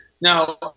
Now